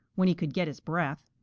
when he could get his breath.